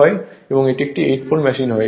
এবং এটি একটি 8 পোল মেশিন হয়